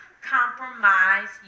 compromise